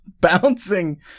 bouncing